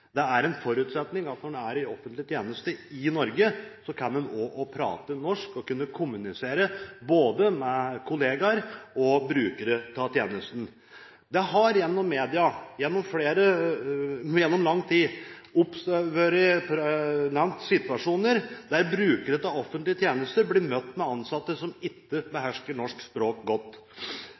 Det er en forutsetning at når en er i offentlig tjeneste i Norge, må en kunne snakke norsk og kommunisere både med kollegaer og med brukere av tjenesten. Det har i media gjennom lang tid vært nevnt situasjoner der brukere av offentlige tjenester blir møtt med ansatte som ikke behersker norsk språk godt.